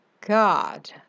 God